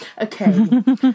okay